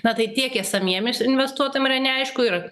na tai tiek esamiem investuotojam yra neaišku ir